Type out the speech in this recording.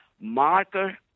Marker